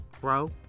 bro